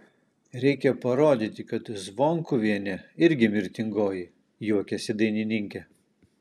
reikia parodyti kad zvonkuvienė irgi mirtingoji juokėsi dainininkė